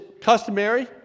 customary